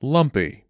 Lumpy